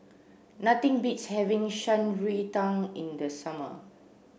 nothing beats having Shan Rui Tang in the summer